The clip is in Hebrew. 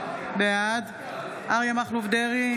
בעד אריה מכלוף דרעי,